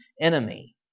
enemy